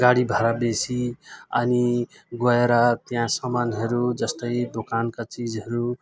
गाडी भाडा बेसी अनि गएर त्यहाँ सामानहरू जस्तै दोकानका चिजहरू